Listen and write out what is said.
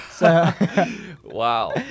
Wow